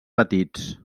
petits